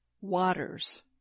waters